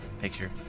Picture